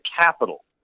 capital